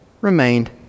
remained